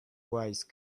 wise